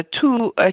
two